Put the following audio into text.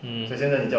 hmm